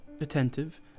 attentive